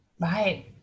Right